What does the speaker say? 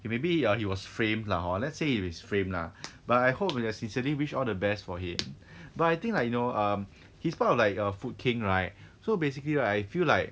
okay maybe ya he was framed lah hor let's say if he's framed lah but I hope and I sincerely wish all the best for him but I think like you know um he's part of like err food king right so basically right I feel like